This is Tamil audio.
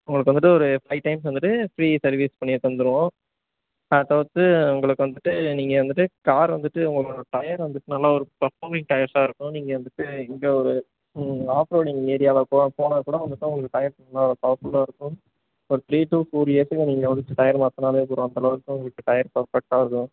உங்களுக்கு வந்துட்டு ஒரு ஃபைவ் டைம்ஸ் வந்துட்டு ஃப்ரீ சர்வீஸ் பண்ணி தந்துடுவோம் அதை தவிர்த்து உங்களுக்கு வந்துட்டு நீங்கள் வந்துட்டு கார் வந்துட்டு உங்கள் டயர் வந்துட்டு நல்ல ஒரு பர்ஃபாமிங் டயர்ஸாக இருக்கும் நீங்கள் வந்துட்டு இங்கே ஒரு ஆஃப் ரோடிங் ஏரியாவில் போ போனால் கூட வந்துட்டு உங்களுக்கு டயர்ஸ் நல்ல பவர்ஃபுல்லாக இருக்கும் ஒரு த்ரீ டூ ஃபோர் இயர்ஸுக்கு நீங்கள் வந்துட்டு டயர் மாற்றினாலே போதும் அந்தளவுக்கு உங்களுக்கு டயர் பர்ஃபெக்டாக இருக்கும்